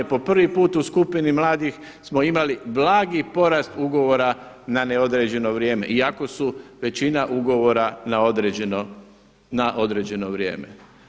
Po prvi put smo u skupini mladih imali blagi porast ugovora na neodređeno vrijeme iako su većina ugovora na određeno vrijeme.